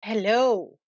Hello